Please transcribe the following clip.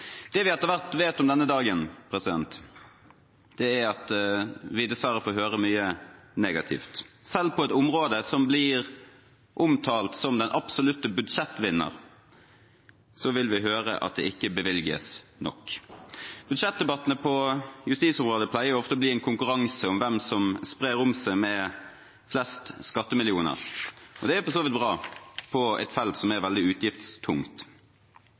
Det vi etter hvert vet om denne dagen, er at vi dessverre får høre mye negativt. Selv på et område som blir omtalt som den absolutte budsjettvinner, vil vi høre at det ikke er bevilget nok. Budsjettdebattene på justisområdet pleier ofte å bli en konkurranse om hvem som sprer om seg med flest skattemillioner. Det er for så vidt bra på et felt som er veldig utgiftstungt.